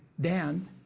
Dan